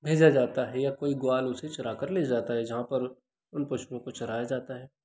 भेजा जाता है या कोई ग्वाल उसे चरा कर ले जाता है जहाँ पर उन पशुओं को चराया जाता है